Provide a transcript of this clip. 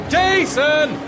Jason